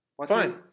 Fine